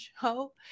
show